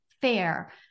Fair